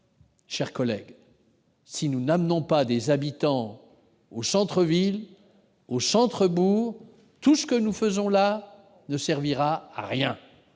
chers collègues, si nous n'amenons pas des habitants dans les centres-villes et les centres-bourgs, tout ce que nous faisons ici ne servira à rien